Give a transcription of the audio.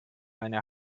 eine